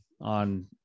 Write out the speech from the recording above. on